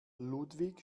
ludwig